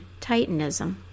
titanism